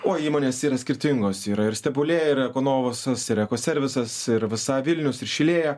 o įmonės yra skirtingos yra ir stebulė ir eko novusas ir eko servisas ir visa vilnius ir šilėja